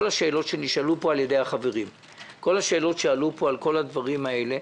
כל השאלות שנשאלו פה על ידי החברים על כל הדברים האלה,